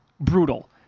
Brutal